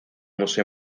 museo